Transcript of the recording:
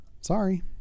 sorry